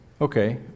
Okay